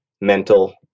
mental